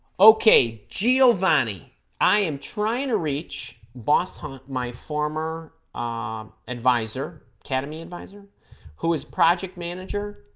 okay giovanni i am trying to reach boston my former um advisor academy advisor who is project manager